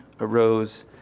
arose